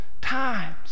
times